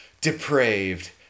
Depraved